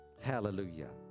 Hallelujah